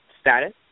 status